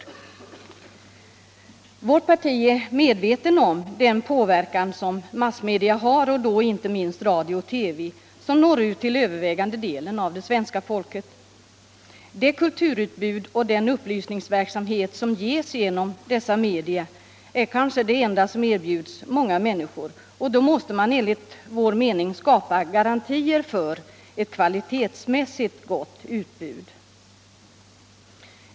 Vi är i vårt parti medvetna om den påverkan massmedierna utövar, inte minst då radio och TV, som når ut med sina program till den övervägande delen av svenska folket. Det ”kulturutbud” som görs och den upplysningsverksamhet som bedrivs i dessa medier är kanske det enda som erbjuds många människor. Och då måste man enligt vår mening skapa garantier för ett kvalitetsmässigt gott utbud.